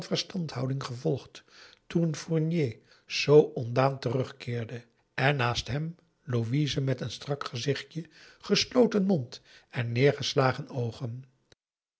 verstandhouding gevolgd toen fournier zoo ontdaan terugkeerde en naast hem louise met een strak gezichtje gesloten mond en neergeslagen oogen